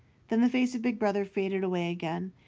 then the face of big brother faded away again,